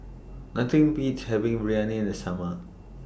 Nothing Beats having Biryani in The Summer